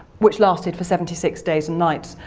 which lasted for seventy six days and nights.